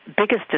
biggest